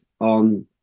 on